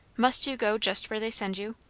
must you go just where they send you?